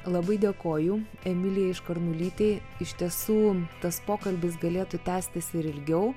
labai dėkoju emilijai škarnulytei iš tiesų tas pokalbis galėtų tęstis ir ilgiau